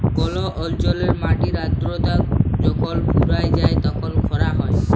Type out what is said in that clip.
call অল্চলে মাটির আদ্রতা যখল ফুরাঁয় যায় তখল খরা হ্যয়